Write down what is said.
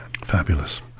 fabulous